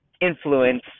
influence